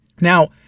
Now